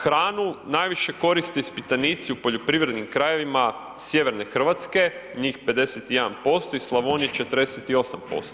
Hranu najviše koriste ispitanici u poljoprivrednim krajevima sjeverne Hrvatske, njih 51% i Slavonije 48%